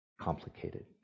complicated